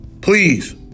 Please